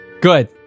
good